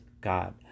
God